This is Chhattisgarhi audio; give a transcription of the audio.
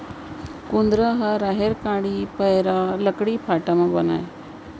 कुंदरा ह राहेर कांड़ी, पैरा, लकड़ी फाटा म बनय